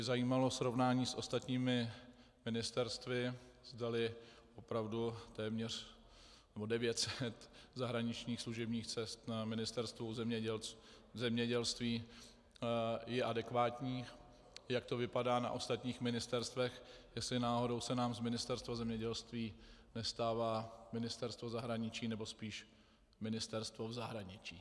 Zajímalo by mě srovnání s ostatními ministerstvy, zdali opravdu téměř 900 zahraničních služebních cest na Ministerstvu zemědělství je adekvátní, jak to vypadá na ostatních ministerstvech, jestli náhodou se nám z Ministerstva zemědělství nestává Ministerstvo zahraničí nebo spíš ministerstvo v zahraničí.